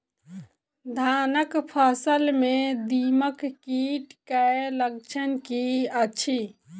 धानक फसल मे दीमक कीट केँ लक्षण की अछि?